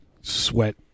sweat